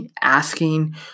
asking